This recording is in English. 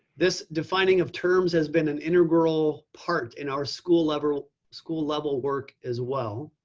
this defining of terms has been an integral part in our school level school level work as well.